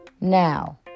Now